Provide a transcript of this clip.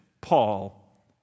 Paul